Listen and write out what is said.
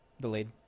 delayed